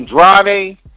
Andrade